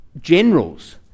generals